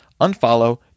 Unfollow